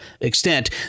extent